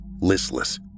listless